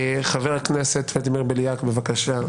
חבר הכנסת ולדימיר בליאק, בבקשה.